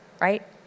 right